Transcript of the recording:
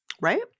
right